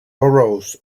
boroughs